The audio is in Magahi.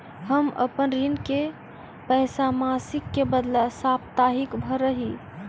हम अपन ऋण के पैसा मासिक के बदला साप्ताहिक भरअ ही